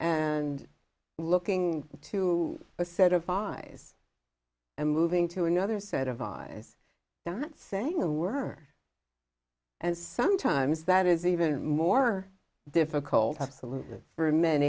and looking to a set of eyes and moving to another set of eyes not saying a word and sometimes that is even more difficult absolutely for many